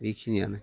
बेखिनियानो